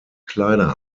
kleider